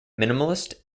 minimalist